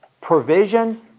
provision